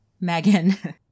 Megan